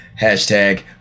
Hashtag